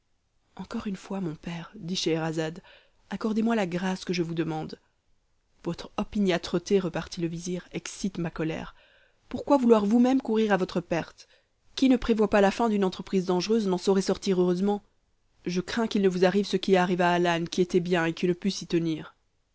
encore une fois mon père dit scheherazade accordez-moi la grâce que je vous demande votre opiniâtreté repartit le vizir excite ma colère pourquoi vouloir vous-même courir à votre perte qui ne prévoit pas la fin d'une entreprise dangereuse n'en saurait sortir heureusement je crains qu'il ne vous arrive ce qui arriva à l'âne qui était bien et qui ne put s'y tenir